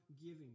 giving